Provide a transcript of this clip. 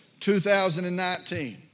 2019